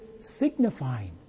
signifying